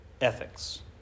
ethics